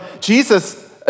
Jesus